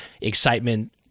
excitement